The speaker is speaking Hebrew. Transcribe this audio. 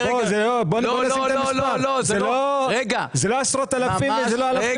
אלה לא עשרות אלפים ואלה לא אלפים.